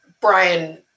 Brian